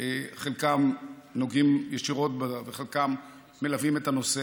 חלקם נוגעים ישירות וחלקם מלווים את הנושא,